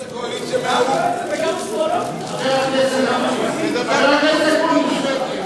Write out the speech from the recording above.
חבר הכנסת אוקניס.